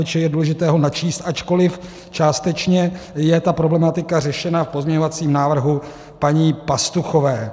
Je důležité ho načíst, ačkoliv částečně je ta problematika řešena v pozměňovacím návrhu paní Pastuchové.